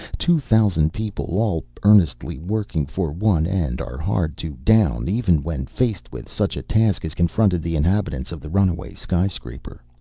two thousand people all earnestly working for one end are hard to down even when faced with such a task as confronted the inhabitants of the runaway skyscraper.